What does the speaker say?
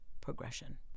progression